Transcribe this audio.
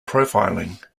profiling